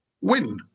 win